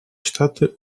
штаты